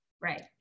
Right